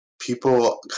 people